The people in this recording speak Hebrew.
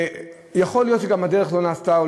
יכול להיות שגם הדרך לא נעשתה,